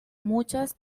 muchas